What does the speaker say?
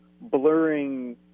blurring